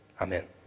Amen